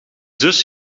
zus